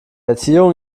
erziehung